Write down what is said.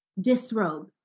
disrobe